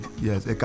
Yes